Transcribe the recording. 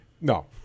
no